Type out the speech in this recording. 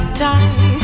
tight